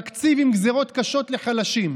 תקציב עם גזרות קשות לחלשים,